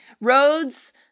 roads